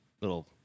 little